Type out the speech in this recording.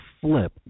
flip